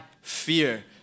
fear